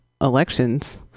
elections